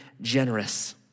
generous